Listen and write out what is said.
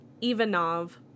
Ivanov